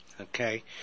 okay